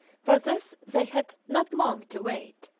for this they had not long to wait,